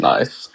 Nice